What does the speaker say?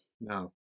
No